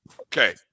Okay